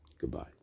Goodbye